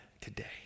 today